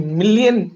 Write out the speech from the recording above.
million